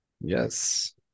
yes